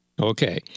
Okay